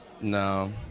no